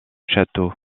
château